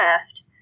left